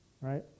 Right